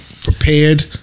Prepared